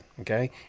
okay